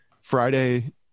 Friday